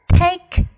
Take